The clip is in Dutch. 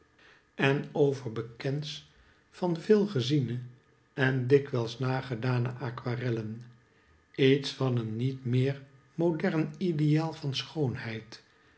en overbekends van veel geziene en dikwijls nagedane aquarellen iets van een niet meer modern ideaal van schoonheid